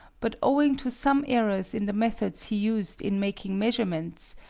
but owing to some errors in the methods he used in making measurements,